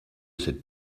cette